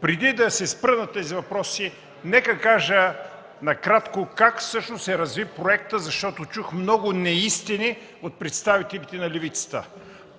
Преди да се спра на тези въпроси, нека кажа накратко как всъщност се разви проектът, защото чух много неистина от представителите на левицата.